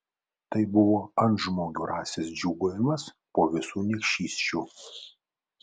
tai buvo antžmogių rasės džiūgavimas po visų niekšysčių